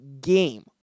game